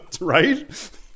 Right